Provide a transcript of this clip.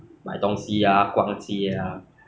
年轻店 ah 好多卖吃的店 ah